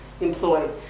employed